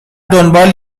دنبال